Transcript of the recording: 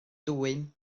dwym